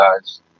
guys